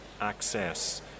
access